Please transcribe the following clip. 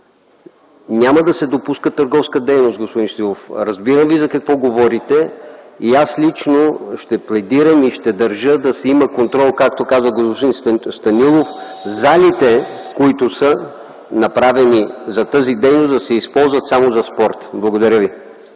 Няма да се допуска търговска дейност, господин Стоилов. Разбирам Ви за какво говорите и аз лично ще пледирам и ще държа да има контрол, както каза господин Станилов, залите, които са направени за тази дейност, да се използват само за спорт. Благодаря ви.